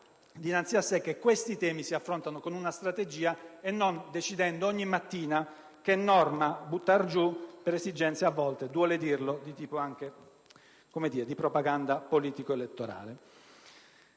chiaro che questi temi si affrontano con una strategia, non decidendo ogni mattina che norma buttar giù, per esigenze, a volte - duole dirlo - di propaganda politico-elettorale.